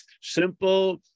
Simple